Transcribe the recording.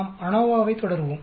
நாம் அநோவாவைத் தொடருவோம்